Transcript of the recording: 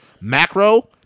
Macro